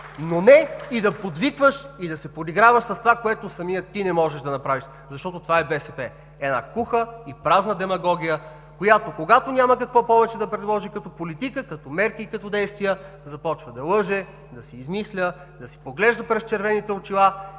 но не и да подвикваш и да се подиграваш с това, което самият ти не можеш да направиш. Защото това е БСП – куха и празна демагогия, която няма какво повече да предложи като политика, като мерки и като действие, започва да лъже, да си измисля, да си поглежда през червените очила